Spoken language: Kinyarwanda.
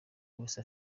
wese